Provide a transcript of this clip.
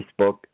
Facebook